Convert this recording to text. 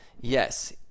Yes